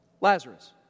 Lazarus